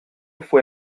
fue